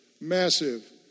Massive